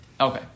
okay